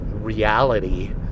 reality